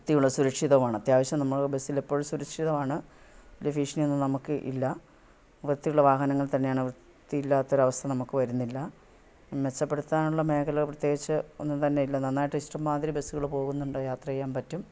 വൃത്തിയുള്ള സുരക്ഷിതമാണ് അത്യാവശ്യം നമ്മൾ ബസ്സിൽ എപ്പോഴും സുരക്ഷിതവാണ് വലിയ ഭീഷണിയൊന്നും നമുക്ക് ഇല്ല വൃത്തിയുള്ള വാഹനങ്ങൾ തന്നെയാണ് വൃത്തിയില്ലാത്ത ഒരവസ്ഥ നമുക്ക് വരുന്നില്ല മെച്ചപ്പെടുത്താനുള്ള മേഖല പ്രത്യേകിച്ചു ഒന്നും തന്നെ ഇല്ല നന്നായിട്ട് ഇഷ്ടം മാതിരി ബസ്സുകൾ പോകുന്നുണ്ട് യാത്ര ചെയ്യാൻ പറ്റും